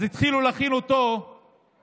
אז התחילו להכין אותו ב-2017,